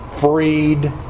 freed